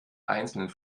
einzelnen